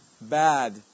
bad